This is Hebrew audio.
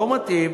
לא מתאים,